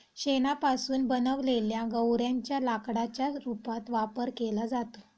शेणापासून बनवलेल्या गौर्यांच्या लाकडाच्या रूपात वापर केला जातो